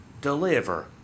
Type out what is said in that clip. deliver